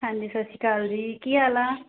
ਹਾਂਜੀ ਸਤਿ ਸ਼੍ਰੀ ਅਕਾਲ ਜੀ ਕੀ ਹਾਲ ਆ